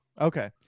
Okay